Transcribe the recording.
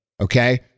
okay